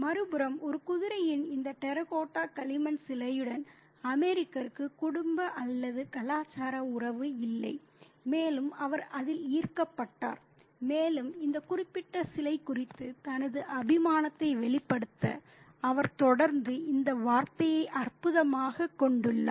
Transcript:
மறுபுறம் ஒரு குதிரையின் இந்த டெரகோட்டா களிமண் சிலையுடன் அமெரிக்கருக்கு குடும்ப அல்லது கலாச்சார உறவு இல்லை மேலும் அவர் அதில் ஈர்க்கப்பட்டார் மேலும் இந்த குறிப்பிட்ட சிலை குறித்த தனது அபிமானத்தை வெளிப்படுத்த அவர் தொடர்ந்து இந்த வார்த்தையை அற்புதமாகக் கொண்டுள்ளார்